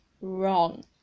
wrong